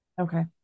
Okay